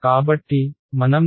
కాబట్టి మనం దీన్ని ఇలా qaoa1x